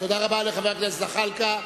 תודה רבה לחבר הכנסת זחאלקה.